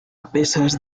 pesas